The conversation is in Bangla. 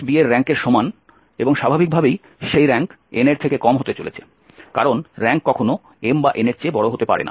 b এর র্যাঙ্কের সমান এবং স্বাভাবিকভাবেই সেই র্যাঙ্ক n এর থেকে কম হতে চলেছে কারণ র্যাঙ্ক কখনো m বা n এর চেয়ে বড় হতে পারে না